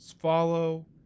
follow